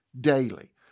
daily